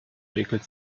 räkelt